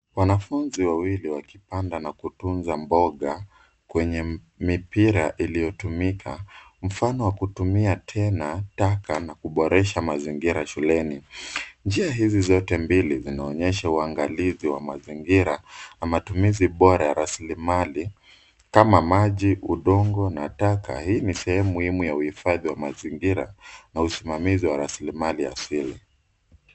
Wanafunzi wawili wakipanda na kutunza mboga kwenye mipira iliyotumika. Mfano wa kutumia tena taka na kuboresha mazingira shuleni. Njia hizi zote mbili zinaonyesha uangalizi wa mazingira na matumizi bora ya rasilimali kama maji, udongo na taka. Hii ni sehemu muhimu ya hifadhi ya mazingira na usimamizi wa rasilimali asili.